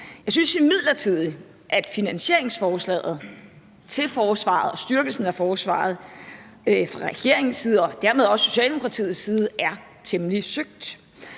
Jeg synes imidlertid, at finansieringsforslaget til forsvaret og styrkelsen af forsvaret fra regeringens side og dermed også fra Socialdemokratiets side er temmelig søgt.